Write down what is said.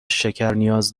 شکرنیاز